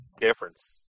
difference